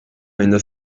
ayında